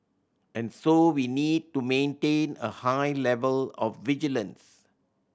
and so we need to maintain a high level of vigilance